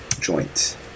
joint